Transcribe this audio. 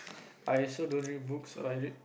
I also don't read book I read